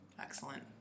Excellent